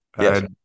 Yes